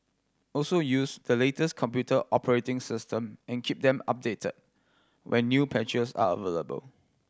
also use the latest computer operating system and keep them updated when new patches are available